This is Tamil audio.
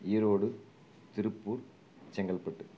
ஈரோடு திருப்பூர் செங்கல்பட்டு